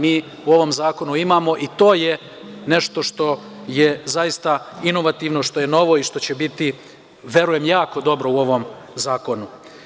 Mi u ovom zakonu imamo i to je nešto što je zaista inovativno, što je novo i što će biti jako dobro u ovom zakonu.